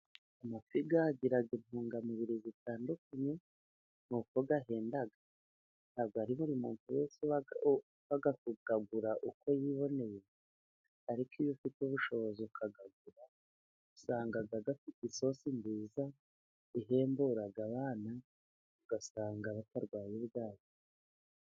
Amafi agira intungamubiri zitandukanye ni uko ahenda, ntabwo ari buri muntu wese upfa kuyagura uko yiboneye ,ariko iyo ufite ubushobozi ukayagura usanga afite isosi nziza ,ihembura abana ugasanga batarwaye bwaki.